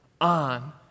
on